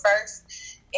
first